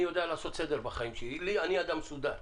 אני יודע לעשות סדר בחיים שלי, אני אדם מסודר.